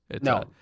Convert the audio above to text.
No